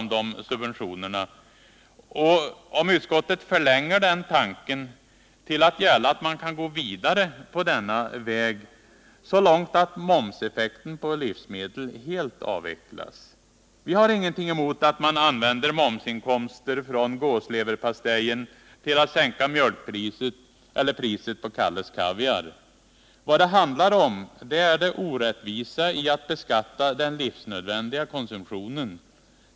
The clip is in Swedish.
Förläng den tanken till att gälla att man kan gå vidare på denna väg så långt att momseffekten på livsmedel avvecklas! Vi har inget emot att man använder momsinkomster från gåsleverpastejen till att sänka mjölkpriset eller priset på Kalles kaviar. Vad det handlar om är det orättvisa i att beskatta den livsnödvändiga konsumtionen.